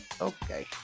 okay